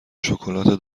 شکلات